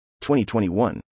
2021